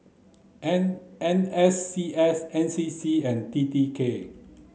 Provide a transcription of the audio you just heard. N N S C S N C C and T T K